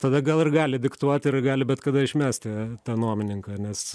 tada gal ir gali diktuot ir gali bet kada išmesti tą nuomininką nes